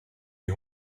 die